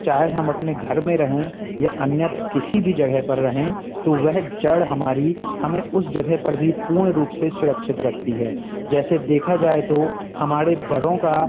चाहे हम अपने घर में रहें या अन्यत्र किसी भी जगह पर रहें तो वह जड़ हमारी हमें उस जगह पर भी पूर्ण रूप से सुरक्षित रखती है जैसे देखा जाए तो हमाड़े बड़ों का